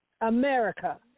America